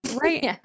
right